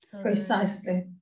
Precisely